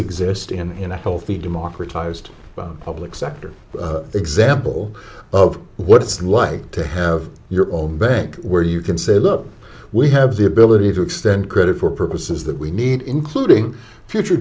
exist in a healthy democratized public sector example of what it's like to have your own bank where you can say look we have the ability to extend credit for purposes that we need including future